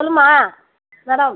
சொல்லும்மா மேடம்